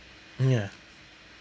ya